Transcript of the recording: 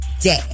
Day